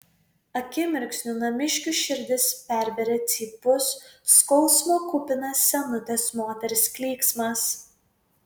akimirksniu namiškių širdis pervėrė cypus skausmo kupinas senutės moters klyksmas